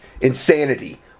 insanity